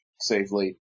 safely